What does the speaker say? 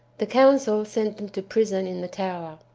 the council sent them to prison in the tower.